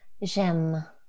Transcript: J'aime